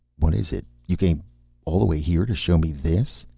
what is it? you came all the way here to show me this?